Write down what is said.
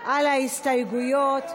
על ההסתייגויות.